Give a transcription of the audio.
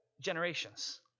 generations